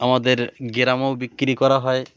আমাদের গ্রামেও বিক্রি করা হয়